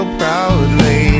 proudly